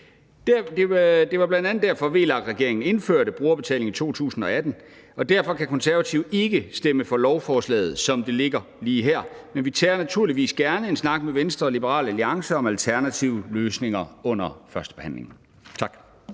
Det var bl.a. derfor, at vi i VLAK-regeringen indførte brugerbetaling i 2018. Derfor kan Konservative ikke stemme for lovforslaget, som det ligger lige her, men vi tager naturligvis gerne en snak med Venstre og Liberal Alliance om alternative løsninger under behandlingen. Tak.